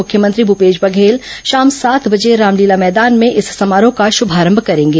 मुख्यमंत्री भूपेश बघेल शाम सात बजे रामलीला मैदान में इस समारोह का शुभारंभ करेंगे